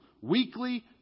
weekly